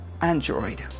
Android